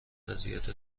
اذیت